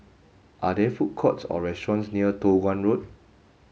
are there food courts or restaurants near Toh Guan Road